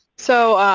so